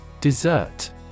Dessert